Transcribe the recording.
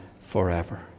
forever